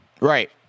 Right